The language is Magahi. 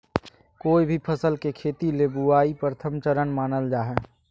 कोय भी फसल के खेती ले बुआई प्रथम चरण मानल जा हय